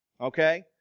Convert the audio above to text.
Okay